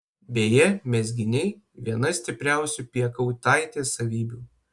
beje mezginiai viena stipriausių piekautaitės savybių